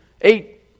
eight